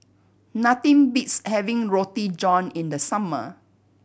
nothing beats having Roti John in the summer